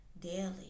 daily